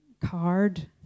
card